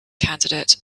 candidate